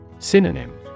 Synonym